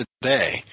today